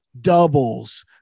doubles